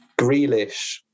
Grealish